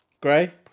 Gray